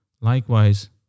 Likewise